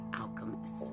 Alchemist